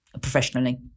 professionally